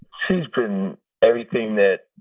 she's been everything that,